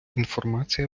інформація